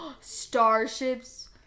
Starships